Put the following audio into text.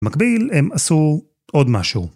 במקביל הם עשו עוד משהו.